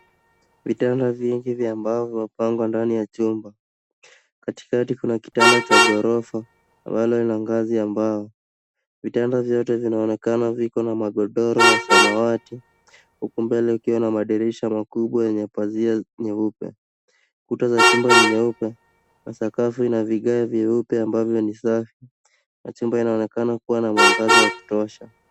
Vitanda vingi vya mbao vimepangwa ndani ya chumba. Katikati kuna kitanda cha ghorofa, ambalo lina ngazi ya mbao. Vitanda vyote vinaonekana viko na magodoro ya samawati huku mbele kukiwa na madirisha makubwa yenye pazia nyeupe. Kuta za chumba ni nyeupe na sakafu ina vigae vyeupe ambavyo ni safi na chumba inaonekana kuwa na mwangaza wa kutosha.